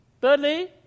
Thirdly